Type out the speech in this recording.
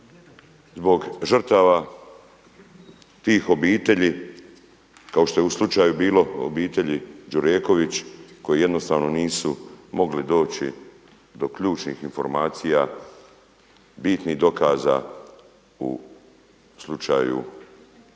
zbog žrtava tih obitelji kao što je u slučaju bilo obitelji Đureković koji jednostavno nisu mogli doći do ključnih informacija, bitnih dokaza u slučaju u